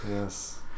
Yes